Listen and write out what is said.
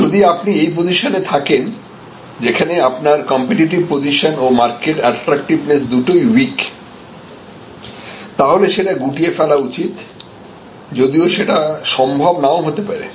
যদি আপনি এই পজিশনে থাকেন যেখানে আপনার কম্পিটিটিভ পজিশন ও মার্কেট এট্রাক্টিভনেস দুটোই উইক তাহলে সেটা গুটিয়ে ফেলা উচিত যদিও সেটা সম্ভব নাও হতে পারে